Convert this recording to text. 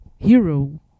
Hero